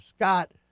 Scott